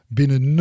Binnen